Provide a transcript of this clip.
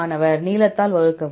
மாணவர் நீளத்தால் வகுக்கவும்